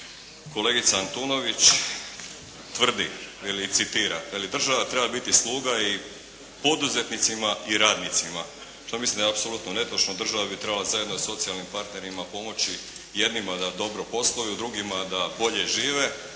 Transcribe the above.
kolegica Antunović tvrdi ili citira, veli država treba biti sluga i poduzetnicima i radnicima, što mislim da je apsolutno netočno. Država bi trebala zajedno sa socijalnim partnerima pomoći jednima da dobro posluju, drugima da bolje žive.